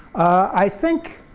i think,